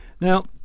Now